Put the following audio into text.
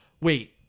wait